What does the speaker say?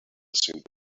seemed